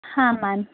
ಹಾಂ ಮ್ಯಾಮ್